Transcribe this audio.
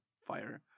fire